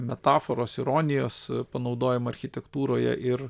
metaforos ironijos panaudojimu architektūroje ir